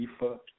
Ifa